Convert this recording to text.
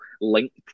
linked